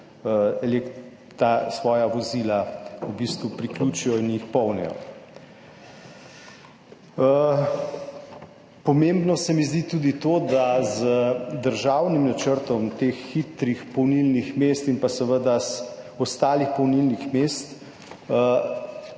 svoja vozila priključijo in jih polnijo. Pomembno se mi zdi tudi to, da bomo z državnim načrtom teh hitrih polnilnih mest in pa seveda ostalih polnilnih mest